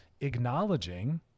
acknowledging